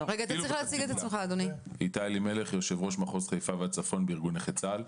אני יושב-ראש מחוז חיפה והצפון בארגון נכי צה"ל.